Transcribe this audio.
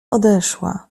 odeszła